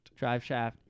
Driveshaft